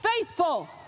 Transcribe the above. faithful